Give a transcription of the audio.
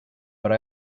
but